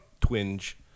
twinge